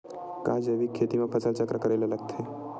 का जैविक खेती म फसल चक्र करे ल लगथे?